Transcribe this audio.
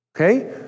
Okay